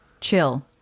Chill